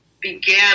began